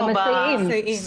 למסייעים.